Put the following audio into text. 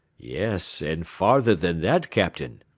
yes, and farther than that, captain.